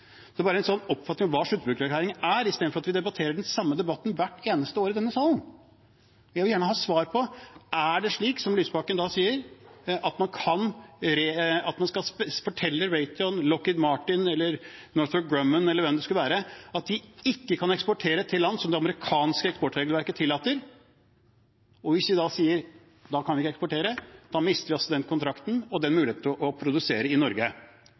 er bare en sånn oppfatning om hva sluttbrukererklæring er, i stedet for at vi har den samme debatten hvert eneste år i denne salen. Jeg vil gjerne ha svar på: Er det slik, som Lysbakken sier, at man skal fortelle Raytheon, Lockheed Martin eller Northrop Grumman eller hvem det skulle være, at de ikke kan eksportere til land som det amerikanske eksportregelverket tillater? Hvis vi da sier at da kan vi ikke eksportere, mister vi også den kontrakten og den muligheten til å produsere i Norge.